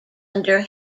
under